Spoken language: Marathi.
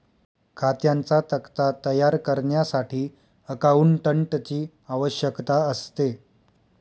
खात्यांचा तक्ता तयार करण्यासाठी अकाउंटंटची आवश्यकता असते